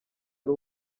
ari